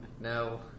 No